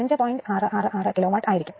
666 kilowatt ആയിരികുമലോ